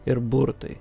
ir burtai